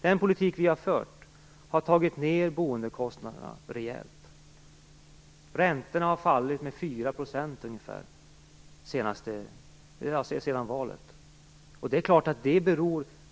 Den politik som vi har fört har tagit ned boendekostnaderna rejält. Räntorna har fallit med ca 4 % sedan valet. Det är klart att det